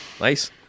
nice